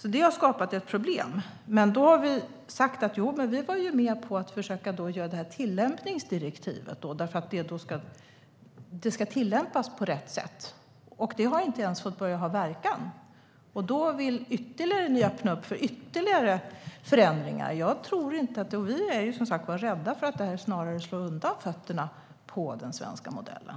Det har skapat ett problem. Då har vi sagt att vi är med på att försöka göra det här tillämpningsdirektivet. Det ska tillämpas på rätt sätt, men det har inte ens fått börja verka. Och nu vill ni öppna upp för ytterligare förändringar. Vi är som sagt rädda för att det snarare slår undan benen på den svenska modellen.